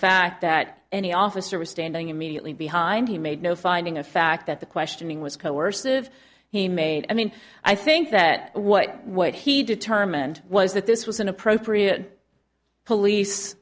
fact that any officer was standing immediately behind he made no finding a fact that the questioning was coercive he made i mean i think that what what he determined was that this was an appropriate police